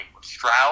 Stroud